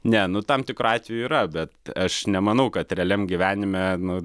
ne nu tam tikru atveju yra bet aš nemanau kad realiam gyvenime nu